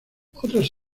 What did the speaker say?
otras